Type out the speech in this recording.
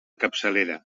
capçalera